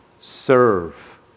Serve